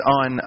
on